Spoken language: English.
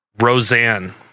Roseanne